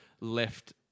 left